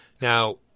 Now